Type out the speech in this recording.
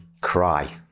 cry